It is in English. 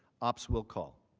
ops will call.